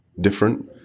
different